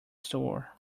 store